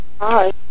Hi